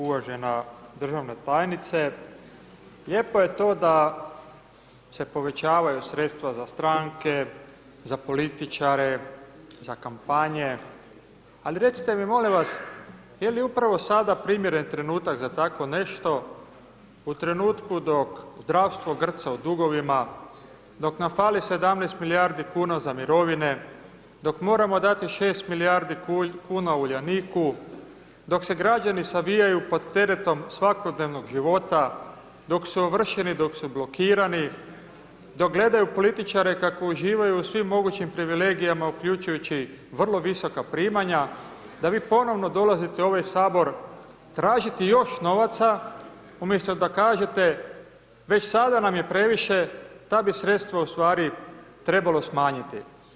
Uvažena državna tajnice, lijepo je to da se povećavaju sredstva za stranke, za političare, za kampanje, ali recite mi molim vas je li upravo sada primjeren trenutak za tako nešto u trenutku dok zdravstvo grca u dugovima, dok nam fali 17 milijardi kuna za mirovine, dok moramo dati 6 milijardi kuna Uljaniku, dok se građani savijaju pod teretom svakodnevnog života, dok su ovršeni, dok su blokirani, dok gledaju političare kako uživaju u svim mogućim privilegijama uključujući vrlo visoka primanja, da vi ponovno dolazite u ovaj Sabor tražiti još novaca, umjesto da kažete već sada nam je previše, ta bi sredstva u stvari trebalo smanjiti.